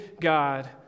God